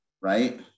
right